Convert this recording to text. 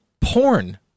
porn